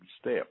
step